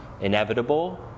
inevitable